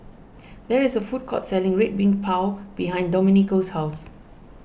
there is a food court selling Red Bean Bao behind Domenico's house